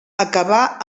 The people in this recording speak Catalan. acabà